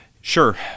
Sure